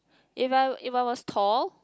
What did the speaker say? if I if I was tall